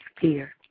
fear